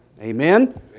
Amen